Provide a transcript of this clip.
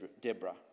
Deborah